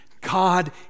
God